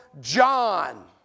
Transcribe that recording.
John